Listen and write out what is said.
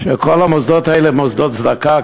שכל המוסדות האלה הם מוסדות צדקה,